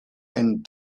and